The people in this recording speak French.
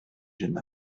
jeune